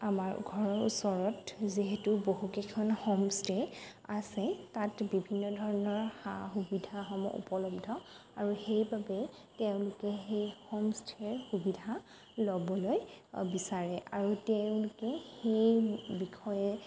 আমাৰ ঘৰৰ ওচৰত যিহেতু বহুকেইখন হোমষ্টে আছে তাত বিভিন্ন ধৰণৰ সা সুবিধাসমূহ উপলব্ধ আৰু সেইবাবে তেওঁলোকে সেই হোমষ্টেৰ সুবিধা ল'বলৈ বিচাৰে আৰু তেওঁলোকে সেই বিষয়ে